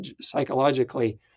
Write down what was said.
psychologically